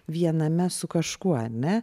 viename su kažkuo ar ne